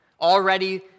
already